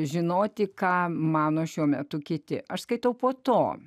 žinoti ką mano šiuo metu kiti aš skaitau po to